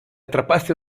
atrapaste